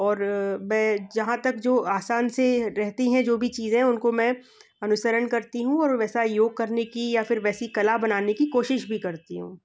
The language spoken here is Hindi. और मैं जहाँ तक जो आसान सी रहती हैं जो भी चीज़ें उनको मैं अनुसरण करती हूँ और वैसा योग करने की या फिर वैसी कला बनाने की कोशिश भी करती हूँ